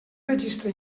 registre